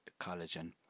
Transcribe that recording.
collagen